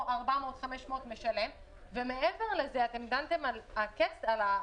מי שמושך 400 או 500. דנתם גם בסכום.